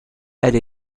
elle